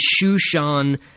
Shushan